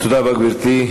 תודה רבה, גברתי.